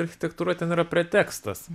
architektūra ten yra pretekstas